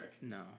No